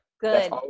good